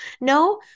No